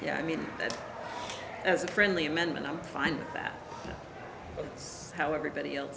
yeah i mean as a friendly amendment i'm fine how everybody else